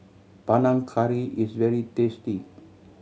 Panang Curry is very tasty